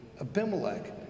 Abimelech